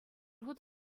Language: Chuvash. хут